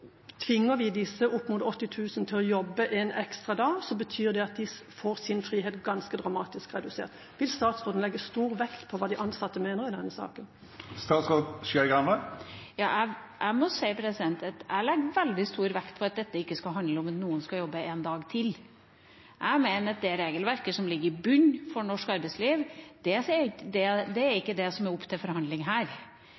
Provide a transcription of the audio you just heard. Tvinger vi disse opp mot 80 000 til å jobbe én ekstra dag, betyr det at de får sin frihet ganske dramatisk redusert. Vil statsråden legge stor vekt på hva de ansatte mener i denne saken? Jeg må si at jeg legger veldig stor vekt på at dette ikke skal handle om at noen skal jobbe én dag til. Jeg mener at det regelverket som ligger i bunnen for norsk arbeidsliv, ikke er det som er oppe til forhandling her. Det er